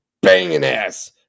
banging-ass